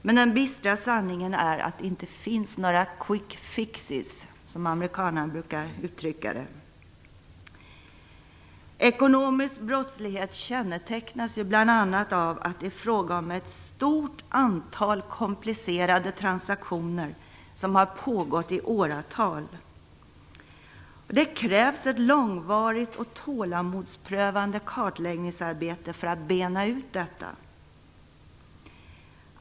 Men den bistra sanningen är att det inte finns några "quick fixes", som amerikanerna brukar uttrycka det. Ekonomisk brottslighet kännetecknas ju bl.a. av att det är fråga om ett stort antal komplicerade transaktioner som har pågått i åratal. Det krävs ett långvarigt och tålamodsprövande kartläggningsarbete för att bena ut detta.